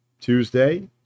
Tuesday